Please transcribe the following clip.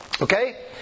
Okay